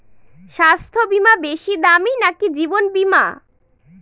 স্বাস্থ্য বীমা বেশী দামী নাকি জীবন বীমা?